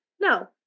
No